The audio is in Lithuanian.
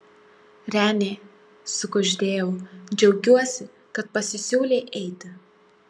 renė sukuždėjau džiaugiuosi kad pasisiūlei eiti